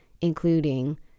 including